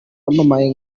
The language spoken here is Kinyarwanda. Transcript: wamamaye